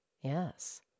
Yes